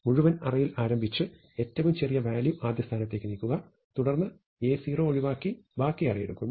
മുഴുവൻ അറേയിൽ ആരംഭിച്ച് ഏറ്റവും ചെറിയ വാല്യൂ ആദ്യ സ്ഥാനത്തേക്ക് നീക്കുക തുടർന്ന് A0 ഒഴിവാക്കി ബാക്കി അറേ എടുക്കുന്നു